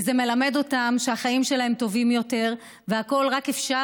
וזה מלמד אותם שהחיים שלהם טובים יותר והכול רק אפשר.